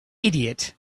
idiot